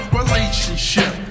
relationship